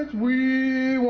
we